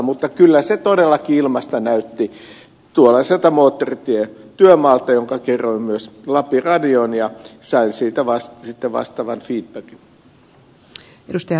mutta kyllä se todellakin ilmasta näytti tuollaiselta moottoritietyömaalta minkä kerroin myös lapin radioon ja sain siitä sitten vastaavan feedbackin